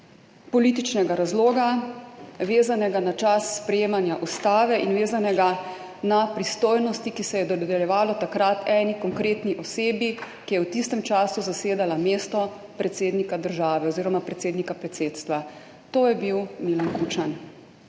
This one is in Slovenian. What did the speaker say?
političnega razloga, vezanega na čas sprejemanja ustave in vezanega na pristojnosti, ki se jih je takrat dodeljevalo eni konkretni osebi, ki je v tistem času zasedala mesto predsednika države oziroma predsednika predsedstva, to je bil Milan Kučan.